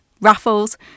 raffles